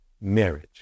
marriage